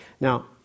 Now